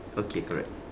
okay correct